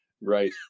Right